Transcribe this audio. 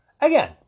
Again